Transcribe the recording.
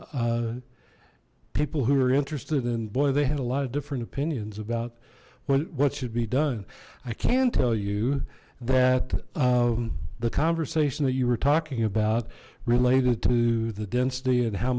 people who are interested in boy they had a lot of different opinions about what should be done i can tell you that the conversation that you were talking about related to the density and how